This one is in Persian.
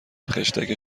خشتک